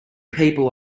people